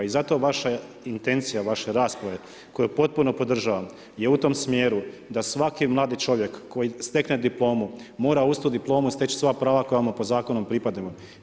I zato vaša intencija, vaše rasprave koju potpuno podržavam je u tom smjeru da svaki mladi čovjek koji stekne diplomu mora uz tu diplomu steći sva prava koja mu po zakonu pripadaju.